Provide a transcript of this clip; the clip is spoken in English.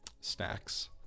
snacks